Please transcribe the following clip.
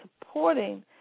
supporting